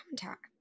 contact